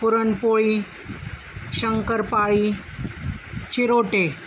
पुरणपोळी शंकरपाळी चिरोटे